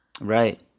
Right